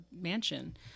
mansion